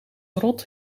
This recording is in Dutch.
rot